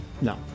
no